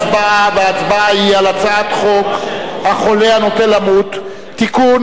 ההצבעה היא על הצעת חוק החולה הנוטה למות (תיקון,